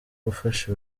gufasha